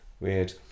Weird